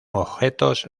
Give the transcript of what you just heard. objetos